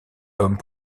homme